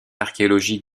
archéologique